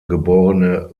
geborene